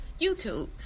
YouTube